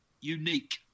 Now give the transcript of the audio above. unique